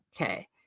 Okay